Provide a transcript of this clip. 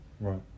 right